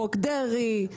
חוק דרעי,